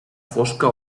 fosca